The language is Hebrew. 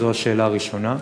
זאת השאלה הראשונה.